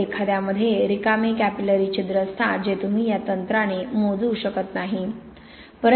तर एखाद्यामध्ये रिकामे कॅपिलॅरी छिद्र असतात जे तुम्ही या तंत्राने मोजू शकत नाही